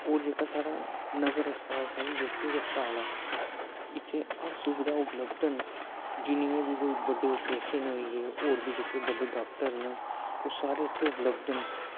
ओह् जेह्का साढ़ा डिस्ट्रिक अस्पताल ऐ इत्थै हर सुविधा उपलब्ध न जिन्नियां बी कोई बड्डे ओपरेशन होइयै होर बी जेह्के बड्डे डाक्टर न ओह् सारे इत्थे उपलब्ध न